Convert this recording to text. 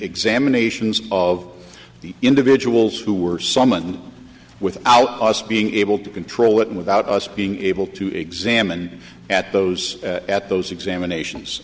examinations of the individuals who were summoned without us being able to control it without us being able to examine at those at those examinations